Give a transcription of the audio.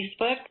Facebook